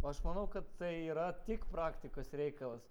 aš manau kad tai yra tik praktikos reikalas